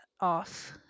off